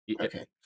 okay